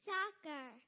Soccer